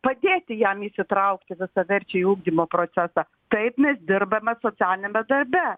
padėti jam įsitraukti visaverčiai į ugdymo procesą taip mes dirbame socialiniame darbe